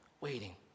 waiting